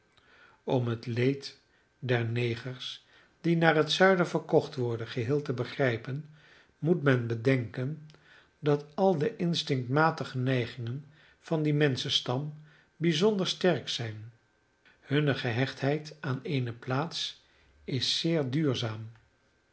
om het leed der negers die naar het zuiden verkocht worden geheel te begrijpen moet men bedenken dat al de instinctmatige neigingen van dien menschenstam bijzonder sterk zijn hunne gehechtheid aan eene plaats is zeer duurzaam